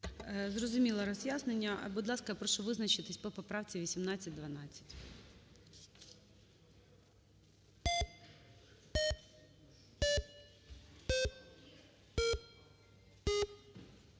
Зрозуміле роз'яснення. Будь ласка, прошу визначитись по поправці 1812.